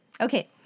Okay